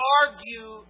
argue